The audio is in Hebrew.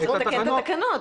לתקן את התקנות.